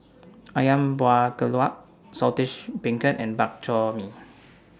Ayam Buah Keluak Saltish Beancurd and Bak Chor Mee